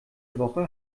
woche